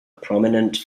prominent